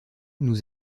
nous